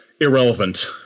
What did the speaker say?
irrelevant